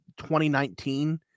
2019